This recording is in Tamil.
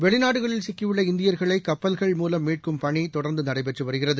வெளிநாடுகளில் சிக்கியுள்ள இந்தியர்களை கப்பல்கள் மூலம் மீட்கும் பணி தொடர்ந்து நடைபெற்று வருகிறது